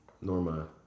Norma